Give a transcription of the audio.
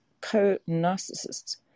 co-narcissists